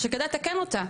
שכדאי לתקן אותה.